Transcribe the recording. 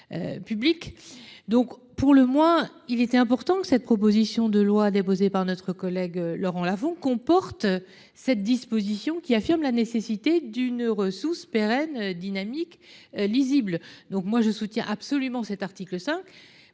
Public donc pour le moins, il était important que cette proposition de loi déposée par notre collègue Laurent Lafon comporte cette disposition qui affirme la nécessité d'une ressource pérenne dynamique. Lisible. Donc moi je soutiens absolument cet article